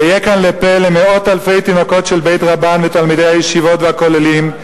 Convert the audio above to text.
אהיה כאן לפה למאות אלפי תינוקות של בית-רבן ותלמידי הישיבות והכוללים,